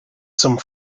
some